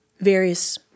various